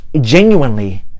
genuinely